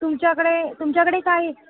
तुमच्याकडे तुमच्याकडे काही